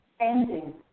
Ending